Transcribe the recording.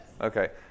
Okay